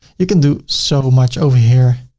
you can do so much over here.